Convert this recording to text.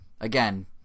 again